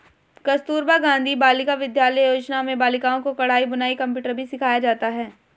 कस्तूरबा गाँधी बालिका विद्यालय योजना में बालिकाओं को कढ़ाई बुनाई कंप्यूटर भी सिखाया जाता है